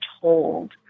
told